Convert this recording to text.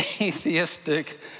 atheistic